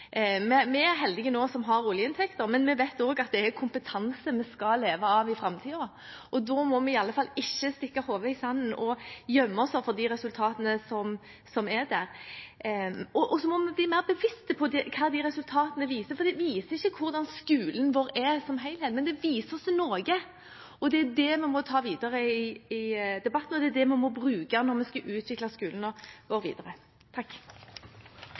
Vi er heldige nå som har oljeinntekter, men vi vet også at det er kompetanse vi skal leve av i framtiden, og da må vi iallfall ikke stikke hodet i sanden og gjemme oss overfor resultatene. Og så må vi bli mer bevisst på hva de resultatene viser, for de viser ikke hvordan skolen vår er som helhet, men de viser oss noe. Det er det vi må ta videre i debatten, og det er det vi må bruke når vi skal utvikle skolen vår videre. Eg gjer eit lite comeback i denne komiteen i dag – og